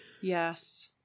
Yes